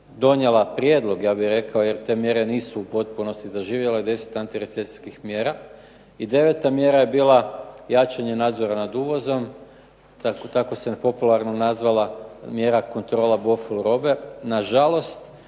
donijela prijedlog, ja bih rekao jer te mjere nisu u potpunosti zaživjele, deset antirecesijskih mjera i deveta mjera je bila jačanje nadzora nad uvozom, tako se popularno nazvala mjera kontrola … robe, na žalost